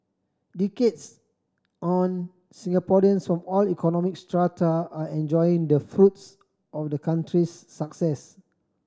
decades on Singaporeans from all economic strata are enjoying the fruits of the country's success